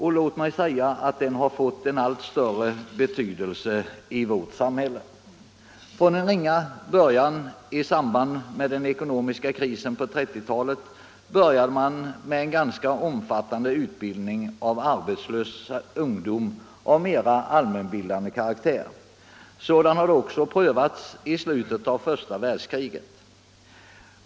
Den har fått en allt större betydelse i vårt samhälle. Från en ringa början i samband med den ekonomiska krisen på 1930-talet började man med en ganska omfattande utbildning av arbetslös ungdom av mer allmän karaktär. Sådan hade också prövats i slutet av första världskriget.